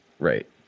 Right